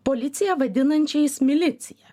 policiją vadinančiais milicija